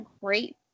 great